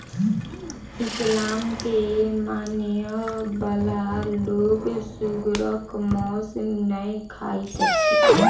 इस्लाम के मानय बला लोक सुगरक मौस नै खाइत अछि